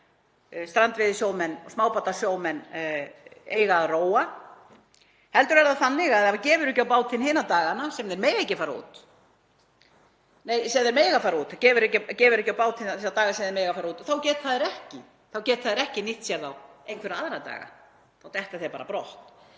strandveiðisjómenn og smábátasjómenn eigi að róa heldur sé það þannig að ef það gefur ekki á bátinn hina dagana sem þeir mega fara út þá geti þeir ekki nýtt sér einhverja aðra daga, þá detti þeir bara brott.